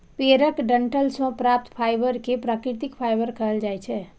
पेड़क डंठल सं प्राप्त फाइबर कें प्राकृतिक फाइबर कहल जाइ छै